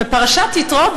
בפרשת יתרו,